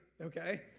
okay